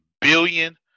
billion